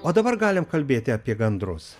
o dabar galim kalbėti apie gandrus